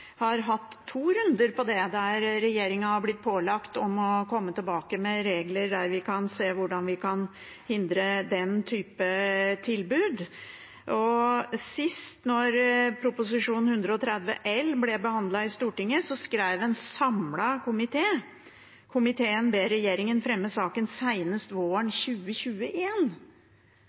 har hatt to runder på det, der regjeringen har blitt pålagt å komme tilbake med regler der vi kan se hvordan vi kan hindre den type tilbud. Sist, da Prop. 130 L ble behandlet i Stortinget, skrev en samlet komité: «Komiteen ber regjeringen fremme saken senest våren